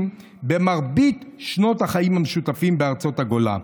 במרבית שנות החיים המשותפים בארצות הגולה.